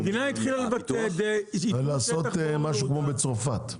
המדינה החליטה --- לעשות משהו כמו בצרפת.